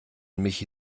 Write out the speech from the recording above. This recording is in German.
michi